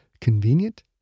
convenient